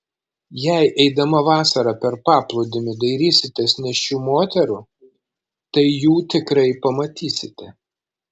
jei eidama vasarą per paplūdimį dairysitės nėščių moterų tai jų tikrai pamatysite